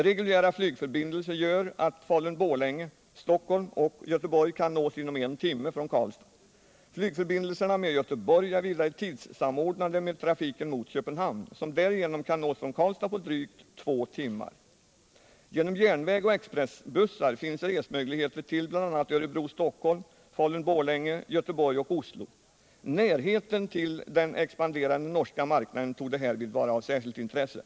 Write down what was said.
Reguljära flygförbindelser gör att Falun Stockholm, Falun/Borlänge, Göteborg och Oslo. Närheten till den expanderande norska marknaden torde härvid vara av särskilt intresse.